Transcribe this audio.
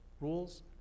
Rules